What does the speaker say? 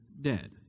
dead